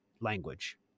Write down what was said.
language